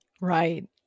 Right